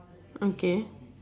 okay